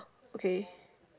okay